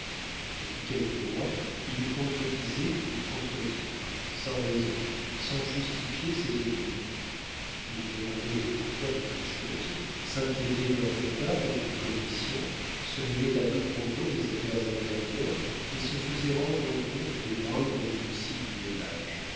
depuis quelques mois il contredisait pour contredire sans raison sans justifier ses opinions il demandait le pourquoi de toute chose s'inquiétait d'un retard ou d'une commission se mêlait à tout propos des affaires intérieures et se faisait rendre compte des moindres minuties du ménage